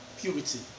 purity